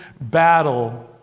battle